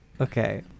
Okay